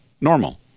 normal